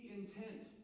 intent